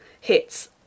hits